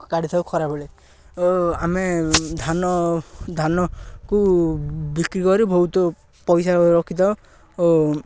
କାଢ଼ିଥାଉ ଖରାବେଳେ ଓ ଆମେ ଧାନ ଧାନକୁ ବିକ୍ରି କରି ବହୁତ ପଇସା ରଖିଥାଉ ଓ